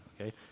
okay